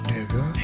Nigga